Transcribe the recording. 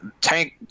Tank